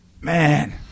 Man